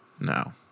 No